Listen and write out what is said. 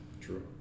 True